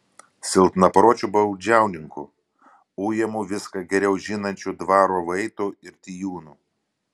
silpnapročiu baudžiauninku ujamu viską geriau žinančių dvaro vaitų ir tijūnų